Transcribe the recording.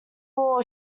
all